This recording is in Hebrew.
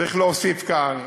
צריך להוסיף כאן,